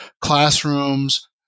classrooms